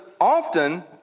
often